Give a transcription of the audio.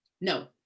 No